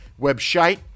website